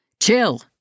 Chill